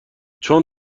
چون